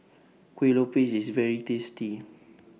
Kuih Lopes IS very tasty